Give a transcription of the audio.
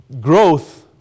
growth